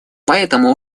поэтому